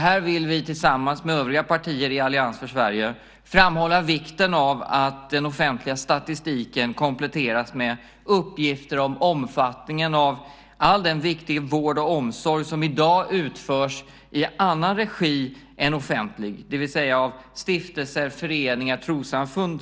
Här vill vi tillsammans med övriga partier i Allians för Sverige framhålla vikten av att den offentliga statistiken kompletteras med uppgifter om omfattningen av all den viktiga vård och omsorg som i dag utförs i annan regi än offentlig, det vill säga av till exempel stiftelser, föreningar och trossamfund.